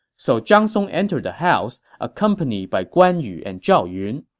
so zhang song entered the house, accompanied by guan yu and zhao yun.